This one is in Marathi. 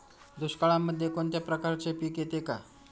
दुष्काळामध्ये कोणत्या प्रकारचे पीक येते का?